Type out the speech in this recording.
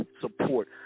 support